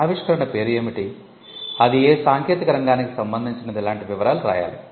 ఆవిష్కరణ పేరు ఏమిటి అది ఏ సాంకేతిక రంగానికి సంబందించినది లాంటి వివరాలు రాయాలి